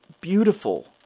beautiful